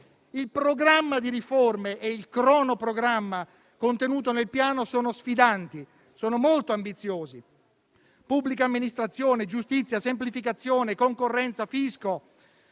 Il programma di riforme e il cronoprogramma contenuti nel Piano sono sfidanti, sono molto ambiziosi (pubblica amministrazione, giustizia, semplificazione, concorrenza, Fisco)